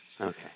Okay